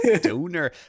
Donor